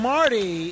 Marty